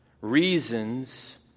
reasons